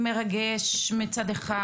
מרגש, מצד אחד,